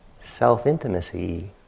self-intimacy